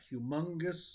Humongous